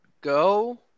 go